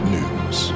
News